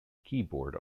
keyboard